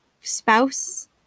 spouse